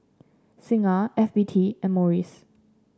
Singha F B T and Morries